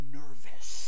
nervous